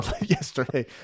yesterday